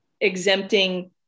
exempting